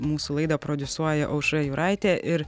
mūsų laidą prodiusuoja aušra juraitė ir